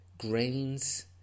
grains